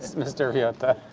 mr. riotta.